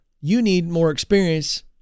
you-need-more-experience